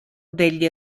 degli